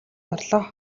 орлоо